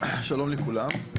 שלום לכולם.